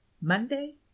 Monday